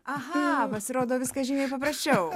aha pasirodo viskas žymiai paprasčiau